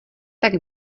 tak